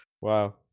Wow